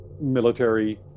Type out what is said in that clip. military